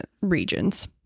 regions